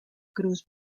cruz